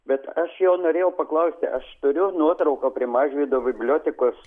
bet aš jau norėjau paklausti aš turiu nuotrauką prie mažvydo bibliotekos